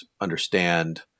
understand